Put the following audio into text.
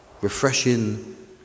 refreshing